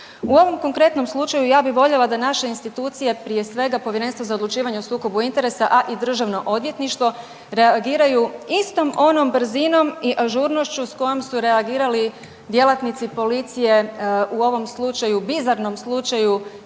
U ovom konkretnom slučaju ja bih voljela da naše institucije prije svega Povjerenstvo za odlučivanje o sukobu interesa, a i Državno odvjetništvo reagiraju istom onom brzinom i ažurnošću s kojom su reagirali djelatnici policije u ovom slučaju, bizarnom slučaju